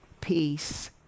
peace